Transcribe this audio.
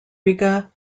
riga